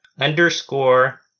underscore